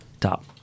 Top